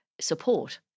support